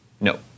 No